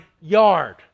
yard